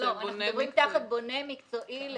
אנחנו מדגישים שתחת בונה פיגומים מקצועי,